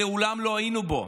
שמעולם לא היינו בו,